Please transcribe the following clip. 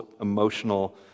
emotional